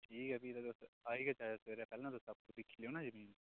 ठीक फ्ही सवेरे आई गै जायो ते आपूं दिक्खी लैयो ना जमीन